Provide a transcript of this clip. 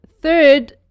Third